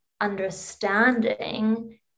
understanding